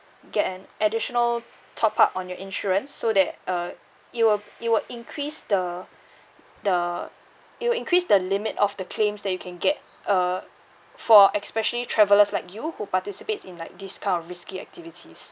get an additional top up on your insurance so that uh it will it will increase the the it will increase the limit of the claims that you can get uh for especially travelers like you who participate in like these kind risky activities